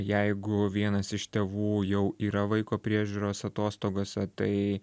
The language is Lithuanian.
jeigu vienas iš tėvų jau yra vaiko priežiūros atostogose tai